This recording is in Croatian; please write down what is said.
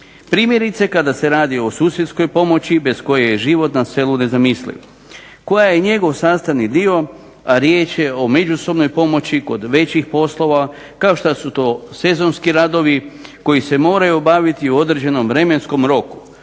Primjerice, kada se radi o susjedskoj pomoći bez koje je život na selu nezamisliv, koja je njegov sastavni dio a riječ je o međusobnoj pomoći kod većih poslova, kao što su to sezonski radovi koji se moraju obavljati u određenom vremenskom roku